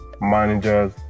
managers